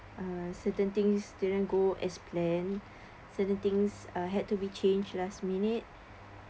uh certain things didn't go as planned certain things uh had to be changed last minute